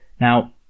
Now